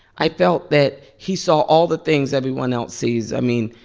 i felt that he saw all the things everyone else sees. i mean,